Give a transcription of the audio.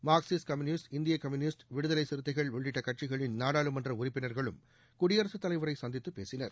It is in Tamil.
மார்க்சிஸ்ட் கம்யூனிஸ்ட் இந்திய கம்யூனிஸ்ட் விடுதலை சிறுத்தைகள் உள்ளிட்ட கட்சிகளின் நாடாளுமன்ற உறுப்பினர்களும் குடியரசுத் தலைவரை சந்தித்து பேசினர்